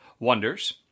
Wonders